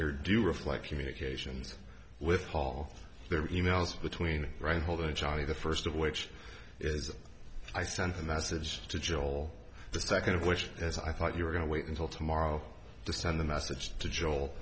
here do reflect communications with all their e mails between right holder johnny the first of which is i sent a message to joel the second of which as i thought you were going to wait until tomorrow to send a message to joel